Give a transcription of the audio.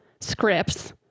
scripts